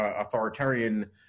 authoritarian